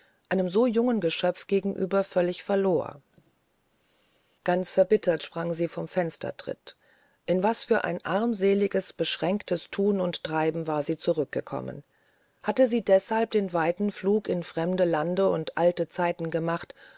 einem so jungen geschöpf gegenüber völlig verlor ganz erbittert sprang sie vom fenstertritt in was für ein armseliges beschränktes thun und treiben war sie zurückgekommen hatte sie deshalb den weiten flug in ferne lande und alte zeiten gemacht